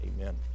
amen